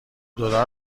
دوران